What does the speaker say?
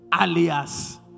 alias